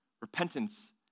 Repentance